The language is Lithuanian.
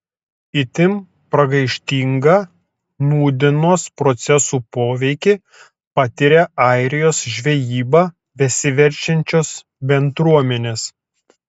itin pragaištingą nūdienos procesų poveikį patiria airijos žvejyba besiverčiančios bendruomenės